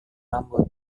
rambut